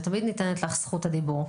ותמיד ניתנת לך זכות הדיבור.